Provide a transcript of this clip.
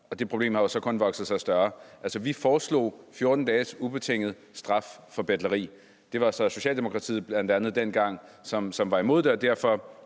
og det problem har jo så kun vokset sig større. Altså, vi foreslog 14 dages ubetinget straf for betleri, og der var så bl.a. Socialdemokratiet, som dengang var imod det,